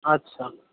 আচ্ছা